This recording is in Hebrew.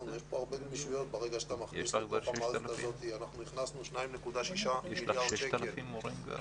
שאנחנו הכנסנו 2.6 מיליארד שקלים,